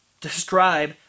describe